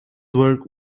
work